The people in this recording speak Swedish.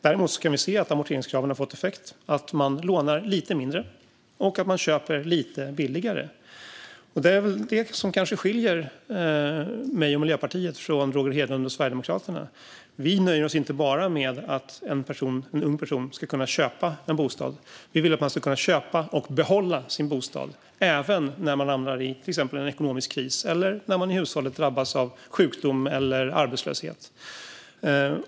Däremot kan vi se att amorteringskraven har fått effekt: Man lånar lite mindre och köper lite billigare. Det är kanske det här som skiljer mig och Miljöpartiet från Roger Hedlund och Sverigedemokraterna. Vi nöjer oss inte bara med att en ung person ska kunna köpa en bostad, utan vi vill att man ska kunna köpa och också behålla sin bostad även när man hamnar i till exempel en ekonomisk kris eller när man i hushållet drabbas av sjukdom eller arbetslöshet.